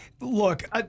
Look